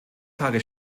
tage